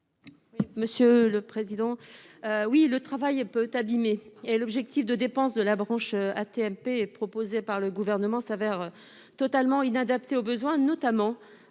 l'amendement n° 561. Oui, le travail peut abîmer et l'objectif de dépenses de la branche AT-MP proposé par le Gouvernement s'avère totalement inadapté aux besoins, notamment